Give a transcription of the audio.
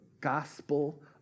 gospel